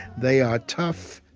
they are tough,